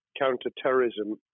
counter-terrorism